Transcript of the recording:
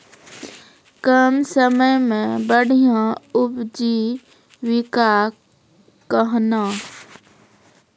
कम समय मे बढ़िया उपजीविका कहना?